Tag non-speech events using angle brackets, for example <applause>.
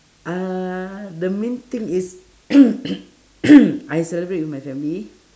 uhh the main thing is <noise> I celebrate with my family